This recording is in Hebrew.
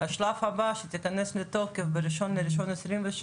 השלב הבא שייכנס לתוקף ב-1.1.23